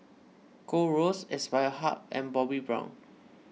Gold Roast Aspire Hub and Bobbi Brown